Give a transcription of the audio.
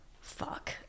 Fuck